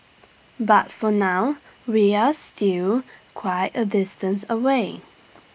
but for now we're still quite A distance away